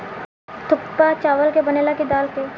थुक्पा चावल के बनेला की दाल के?